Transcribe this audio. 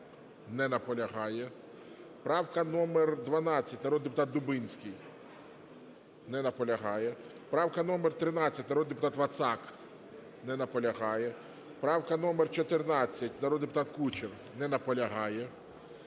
Не наполягає. Правка номер 12, народний депутат Дубінський. Не наполягає. Правка номер 13, народний депутат Вацак. Не наполягає. Правка номер 14, народний депутат Кучер. Не наполягає.